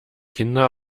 kinder